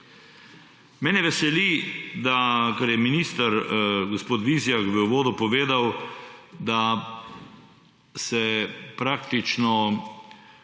Mene veseli, kar je minister gospod Vizjak v uvodu povedal, da se praktično